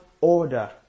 order